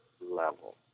level